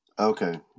Okay